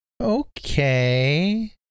okay